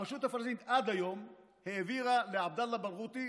הרשות הפלסטינית עד היום העבירה לעבדאללה ברגותי